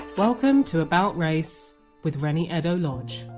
welcome to about race with reni eddo-lodge